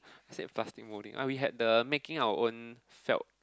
save plastic molding uh we had the making our own felt